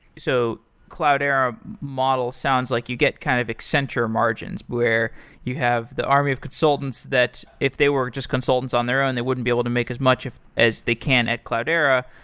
so cloudera model sounds like you get kind of accenture margins, where you have the army of consultants that if they were just consultants on their own, they wouldn't be able to make as much as they can at cloudera,